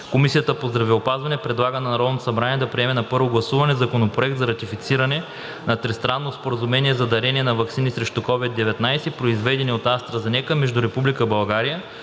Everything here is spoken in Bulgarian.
Комисията по здравеопазването предлага на Народното събрание да приеме на първо гласуване Законопроект за ратифициране на Тристранно споразумение за дарение на ваксини срещу COVID-19, произведени от АстраЗенека, между Република България,